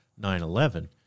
9-11